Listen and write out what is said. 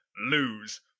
lose